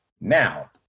Now